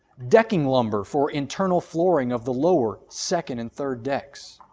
decking lumber for internal flooring of the lower, second, and third decks.